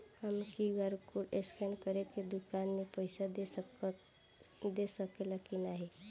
हम QR code scan करके दुकान में पईसा दे सकेला की नाहीं?